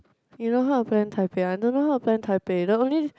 you know how to plan Taipei I don't know how to plan Taipei the only